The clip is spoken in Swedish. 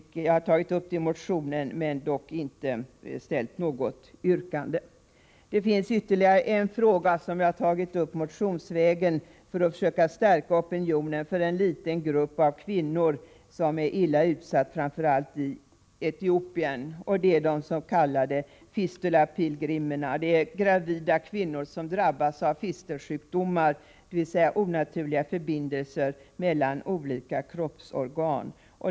Jag har tagit upp detta i motionen men inte ställt något yrkande. Det finns ytterligare en fråga som jag har tagit upp motionsvägen för att försöka stärka opinionen för en liten grupp av kvinnor som är illa utsatt, framför allt i Etiopien, nämligen de s.k. fistulapilgrimerna — gravida kvinnor som drabbats av fistelsjukdomar, dvs. onaturliga förbindelser mellan olika kroppsorgan.